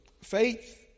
faith